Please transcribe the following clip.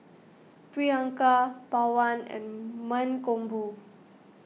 Priyanka Pawan and Mankombu